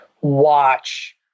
watch